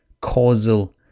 causal